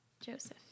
Joseph